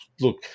Look